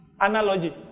analogy